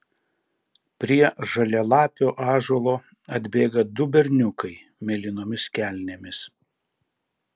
prie žalialapio ąžuolo atbėga du berniukai mėlynomis kelnėmis